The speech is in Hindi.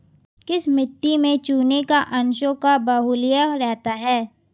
किस मिट्टी में चूने के अंशों का बाहुल्य रहता है?